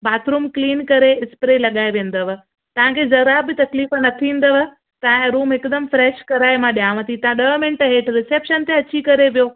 bathroom clean करे spray लॻाए वेंदव तव्हांखे ज़रा बि तकलीफ़ न थींदव तव्हांजो रूम हिकदमि फ़्रैश कराए मां ॾियांव थी तव्हां ॾह मिन्ट हेठि रिस्पेशन ते अची करे वेहो